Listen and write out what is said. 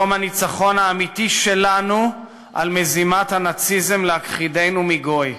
יום הניצחון האמיתי שלנו על מזימת הנאציזם להכחידנו מגוי.